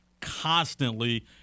constantly